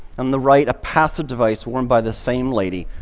um the right, a passive device worn by the same lady,